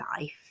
life